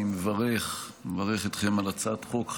אני מברך אתכם על הצעת חוק חשובה,